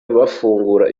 bafungura